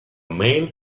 male